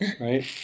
right